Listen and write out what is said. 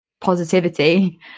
positivity